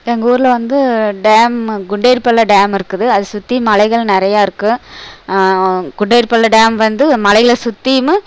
எங்கள் ஊரில் வந்து டேம் குண்டேரி பள்ளம் டேம் இருக்குது அதை சுற்றி மலைகள் நிறையா இருக்குது குண்டேரி பள்ளம் டேம் வந்து மலைகளை சுற்றியுமே